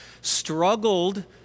struggled